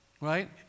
right